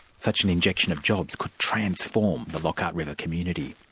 such an injection of jobs could transform the lockhart river community.